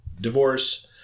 divorce